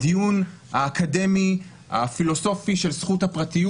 הדיון האקדמי הפילוסופי של זכות הפרטיות